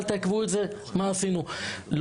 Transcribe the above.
אז מה עשינו?